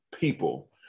people